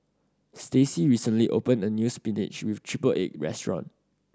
Stacey recently opened a new spinach with triple egg restaurant